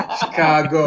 Chicago